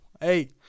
Hey